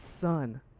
son